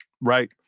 right